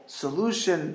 solution